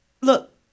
Look